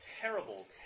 terrible